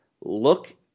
look